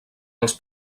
els